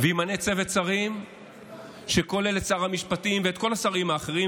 שימנה צוות שרים שכולל את שר המשפטים ואת כל השרים האחרים,